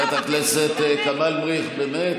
חברת הכנסת כמאל מריח, באמת, נו.